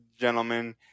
gentlemen